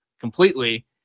completely